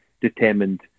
determined